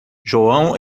joão